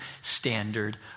standard